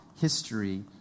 history